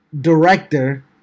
director